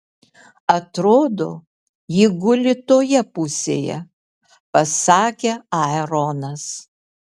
atrodo ji guli toje pusėje pasakė aaronas